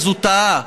אז הוא טעה.